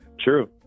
True